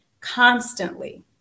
constantly